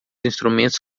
instrumentos